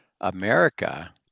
America